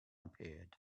appeared